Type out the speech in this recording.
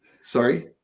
Sorry